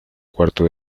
cuarto